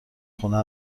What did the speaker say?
خونه